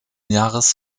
jahres